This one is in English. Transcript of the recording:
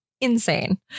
Insane